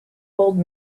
old